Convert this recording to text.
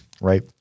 right